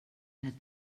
had